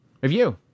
Review